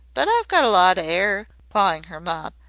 but i've got a lot of air, clawing her mop,